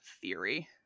theory